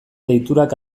deiturak